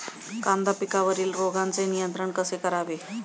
कांदा पिकावरील रोगांचे नियंत्रण कसे करावे?